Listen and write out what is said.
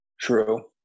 True